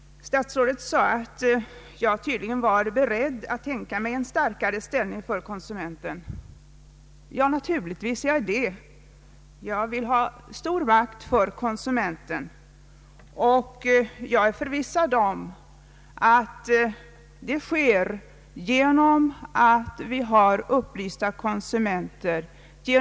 Statsrådet sade att jag tydligen var beredd att tänka mig en starkare ställning för konsumenten. Ja, naturligtvis är jag det; jag vill ge stor makt åt konsumenten. Jag är förvissad om att det kan ske genom att vi får upplysta konsumenter.